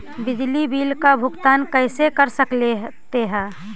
बिजली बिल का भुगतान कैसे कर सकते है?